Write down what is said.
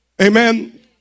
Amen